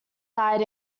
died